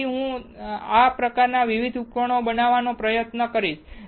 તેથી હું તમને આ પ્રકારના વધુ ઉપકરણો બતાવવાનો પ્રયત્ન કરીશ